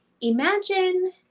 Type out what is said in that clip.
imagine